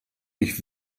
ich